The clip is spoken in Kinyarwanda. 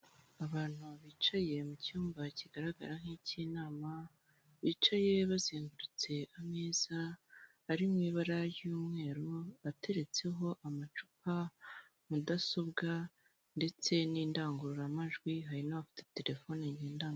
Abantu bicaye mu cyumba kigaragara nk'icyinama bicaye bazengurutse ameza ari mu ibara ry'umweru ateretseho amacupa, mudasobwa ndetse n'indangururamajwi, hari n'abafite telefoni ngendanwa.